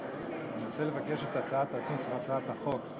עצמו יהיו תשובה והצבעה במועד אחר.